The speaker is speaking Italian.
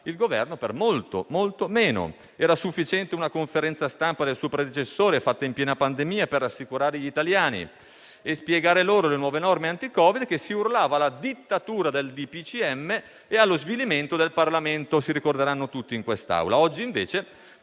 il Governo per molto meno: era sufficiente una conferenza stampa del suo predecessore fatta in piena pandemia per rassicurare gli italiani e spiegare loro le nuove norme anti-Covid per far urlare alla dittatura del DPCM e allo svilimento del Parlamento. Lo ricorderanno tutti in quest'Aula.